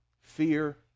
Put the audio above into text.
Fear